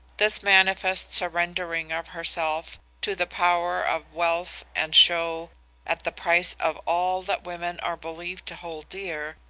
this manifest surrendering of herself to the power of wealth and show at the price of all that women are believed to hold dear,